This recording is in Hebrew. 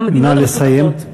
נא לסיים.